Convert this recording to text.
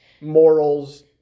morals